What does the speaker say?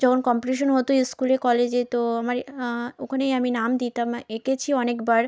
যখন কম্পিটিশন হতো স্কুলে কলেজে তো আমার ওখানেই আমি নাম দিতাম এঁকেছি অনেকবার